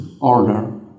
order